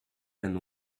and